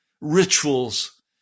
rituals